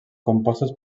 compostos